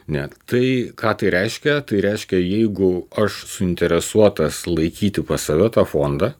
ne tai ką tai reiškia tai reiškia jeigu aš suinteresuotas laikyti pas save tą fondą